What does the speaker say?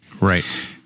Right